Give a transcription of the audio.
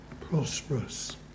prosperous